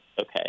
okay